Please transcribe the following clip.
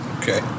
Okay